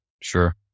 Sure